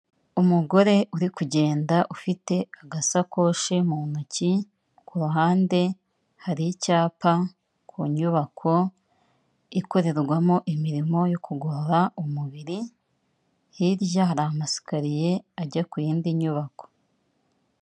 Umugore uri kugenda ufite agasakoshi mu ntoki, ku ruhande hari icyapa ku nyubako ikorerwamo imirimo yo kugorora umubiri, hirya hari amasikariye ajya ku yindi nyubako.